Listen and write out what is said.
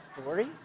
story